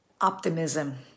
Optimism